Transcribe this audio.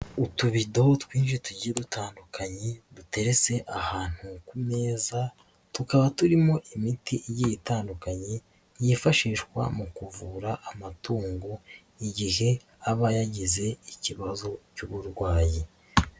Utubido twinshi tugiye dutandukanye dutereretse ahantu ku meza, tukaba turimo imiti igiye itandukanye, yifashishwa mu kuvura amatungo igihe aba yagize ikibazo cy'uburwayi.